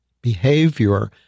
Behavior